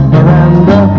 Miranda